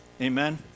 Amen